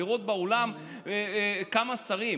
לראות באולם כמה שרים.